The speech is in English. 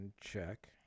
check